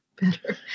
better